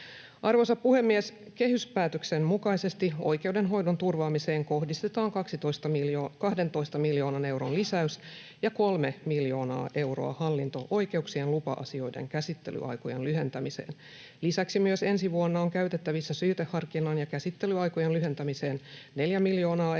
Arvoisa puhemies! Kehyspäätöksen mukaisesti oikeudenhoidon turvaamiseen kohdistetaan 12 miljoonan euron lisäys ja 3 miljoonaa euroa hallinto-oikeuksien lupa-asioiden käsittelyaikojen lyhentämiseen. Lisäksi myös ensi vuonna on käytettävissä syyteharkinnan ja käsittelyaikojen lyhentämiseen 4 miljoonaa euroa